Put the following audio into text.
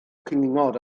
cwningod